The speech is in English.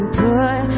put